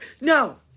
No